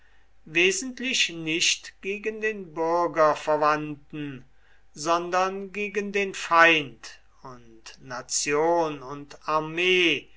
wesentlich nicht gegen den bürger verwandten sondern gegen den feind und nation und armee